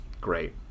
great